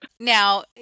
Now